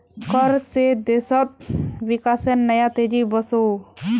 कर से देशोत विकासेर नया तेज़ी वोसोहो